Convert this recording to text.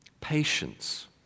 patience